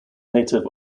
native